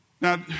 Now